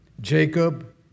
Jacob